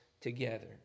together